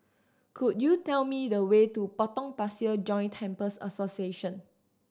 could you tell me the way to Potong Pasir Joint Temples Association